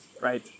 Right